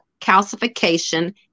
calcification